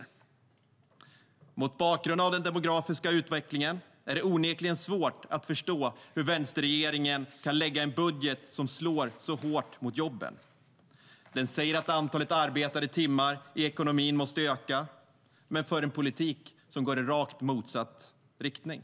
Mot bakgrund av den demografiska utvecklingen är det onekligen svårt att förstå hur vänsterregeringen kan lägga fram en budget som slår så hårt mot jobben. Den säger att antalet arbetade timmar i ekonomin måste öka, men för en politik som går i rakt motsatt riktning.